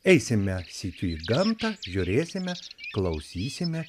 eisime sykiu į gamtą žiūrėsime klausysime